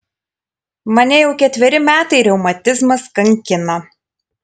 mane jau ketveri metai reumatizmas kankina